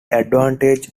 advantage